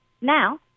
Now